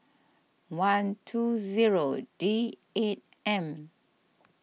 one two zero D eight M